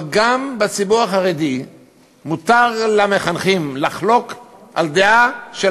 אבל גם בציבור החרדי מותר למחנכים לחלוק על דעה של